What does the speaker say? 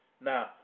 Now